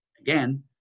Again